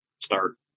start